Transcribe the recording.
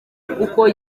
kuko